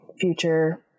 future